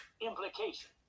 implication